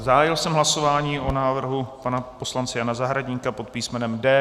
Zahájil jsem hlasování o návrhu pana poslance Jana Zahradníka pod písmenem D.